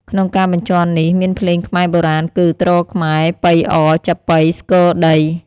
ក្នុងការបញ្ជាន់នេះ មានភ្លេងខ្មែរបុរាណគឺ ទ្រខ្មែរ ប៉ីអ ចាប៉ី ស្គរដី